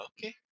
Okay